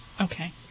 Okay